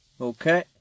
Okay